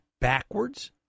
backwards